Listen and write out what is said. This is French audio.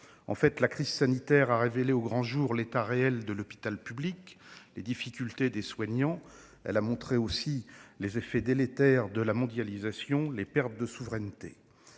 ? La crise sanitaire a révélé au grand jour l'état réel de l'hôpital public et les difficultés des soignants. Elle a montré les effets délétères de la mondialisation, notamment des pertes de souveraineté.